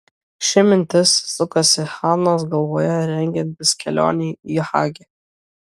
ši mintis sukosi hanos galvoje rengiantis kelionei į hagi